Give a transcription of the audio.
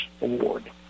Award